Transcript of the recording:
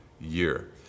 year